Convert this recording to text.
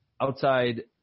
outside